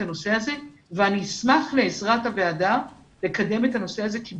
הנושא הזה ואני אשמח לעזרת הוועדה לקדם את הנושא הזה כי